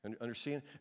Understand